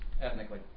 ethnically